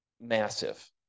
Massive